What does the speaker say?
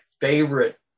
favorite